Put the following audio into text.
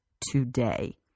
today